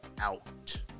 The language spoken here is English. out